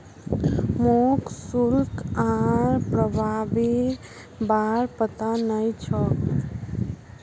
मोक शुल्क आर प्रभावीर बार पता नइ छोक